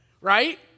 right